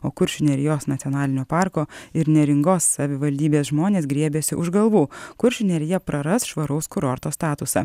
o kuršių nerijos nacionalinio parko ir neringos savivaldybės žmonės griebiasi už galvų kuršių nerija praras švaraus kurorto statusą